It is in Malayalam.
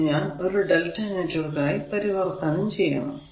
അത് ഞാൻ ഒരു lrmΔ നെറ്റ്വർക്ക് ആയി പരിവർത്തനം ചെയ്യണം